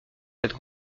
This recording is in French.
cette